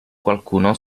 qualcuno